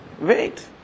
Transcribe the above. Wait